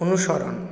অনুসরণ